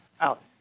out